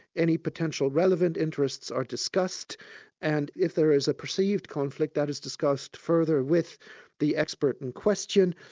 any potential relevant interests are discussed and if there is a perceived conflict, that is discussed further with the expert in question,